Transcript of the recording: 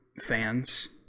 fans